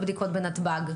לתעדף.